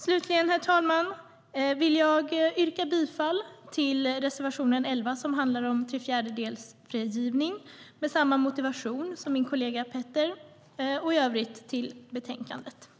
Slutligen, herr talman, vill jag yrka bifall till reservation 11, som handlar om trefjärdedelsfrigivning, med samma motivering som min kollega Petter. I övrigt yrkar jag bifall till utskottets förslag.